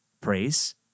praise